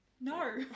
no